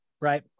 right